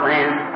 Land